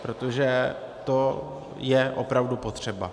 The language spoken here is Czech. Protože to je opravdu potřeba.